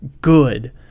good